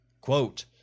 quote